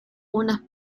unas